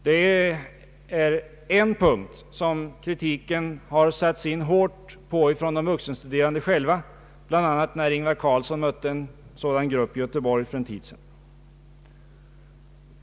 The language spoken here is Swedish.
Detta är en punkt där kritiken satts in hårt från de vuxenstuderande själva, bl.a. när statsrådet Ingvar Carlsson mötte en sådan grupp i Göteborg för en tid sedan.